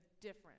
different